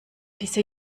diese